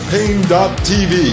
Pain.tv